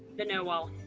the know-all.